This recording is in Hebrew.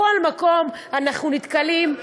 בכל מקום אנחנו נתקלים,